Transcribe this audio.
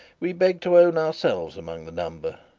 we beg to own ourselves among the number,